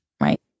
Right